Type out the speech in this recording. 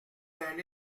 d’un